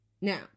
Now